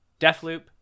Deathloop